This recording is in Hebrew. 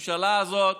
הממשלה הזאת